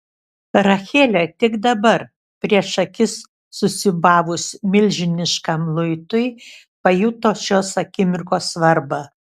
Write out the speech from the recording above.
rachelė tik dabar prieš akis susiūbavus milžiniškam luitui pajuto šios akimirkos svarbą